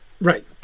Right